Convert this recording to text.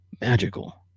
magical